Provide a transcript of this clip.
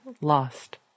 lost